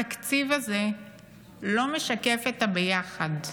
התקציב הזה לא משקף את הביחד.